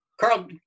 Carl